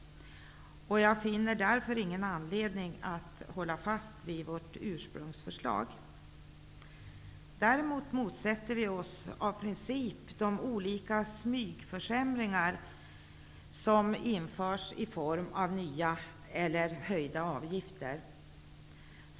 Jag finner därför ingen anledning för oss att hålla fast vid vårt ursprungliga förslag. Däremot motsätter vi oss av princip de olika smygförsämringar som införs i form av nya eller höjda avgifter.